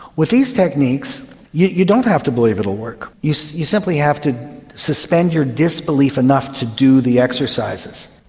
with these techniques you you don't have to believe it will work, you so you simply have to suspend your disbelief enough to do the exercises.